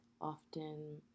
often